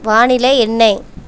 வானிலை என்ன